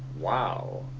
Wow